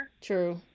True